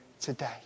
today